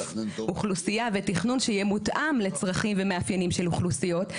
אוכלוסייה ותכנון שיהיה מותאם לצרכים ומאפיינים של אוכלוסיות.